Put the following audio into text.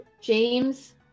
James